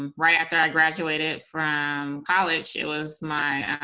um right after i graduated from college. it was my